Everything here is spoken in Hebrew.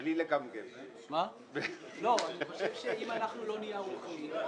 אני חושב שאם אנחנו לא נהיה ערוכים,